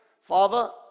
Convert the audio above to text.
Father